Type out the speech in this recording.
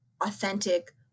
authentic